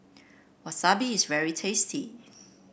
Wasabi is very tasty